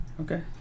Okay